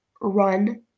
run